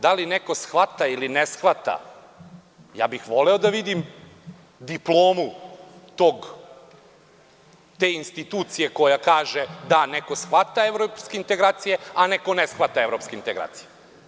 Da li neko shvata ili ne shvata, ja bih voleo da vidim diplomu te institucije koja kaže da neko shvata evropske integracije, a neko ne shvata evropske integracije.